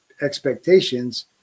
expectations